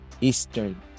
Eastern